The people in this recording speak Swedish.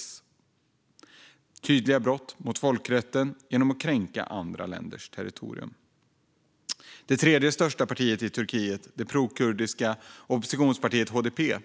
Man begår tydliga brott mot folkrätten genom att kränka andra länders territorium. Det tredje största partiet i landet, det prokurdiska oppositionspartiet HDP,